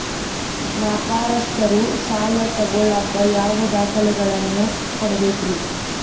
ವ್ಯಾಪಾರಸ್ಥರು ಸಾಲ ತಗೋಳಾಕ್ ಯಾವ ದಾಖಲೆಗಳನ್ನ ಕೊಡಬೇಕ್ರಿ?